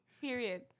Period